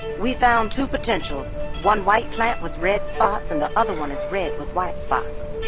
we found two potentials one white plant with red spots and the other one is red with white spots